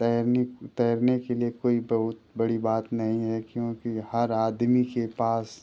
तैरने के तैरने के लिए कोई बहुत बड़ी बात नहीं है क्योंकि हर आदमी के पास